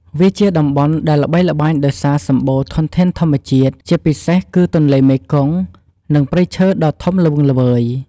វាជាតំបន់ដែលល្បីល្បាញដោយសារសម្បូរធនធានធម្មជាតិ ជាពិសេសគឺទន្លេមេគង្គ និងព្រៃឈើដ៏ធំល្វឹងល្វើយ។